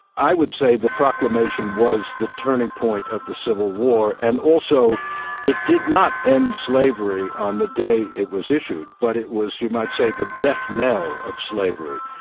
i would say the proclamation was the turning point of the civil war, and also it did not end slavery on the day it was issued, but it was, you might say, the death knell of slavery,